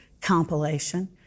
compilation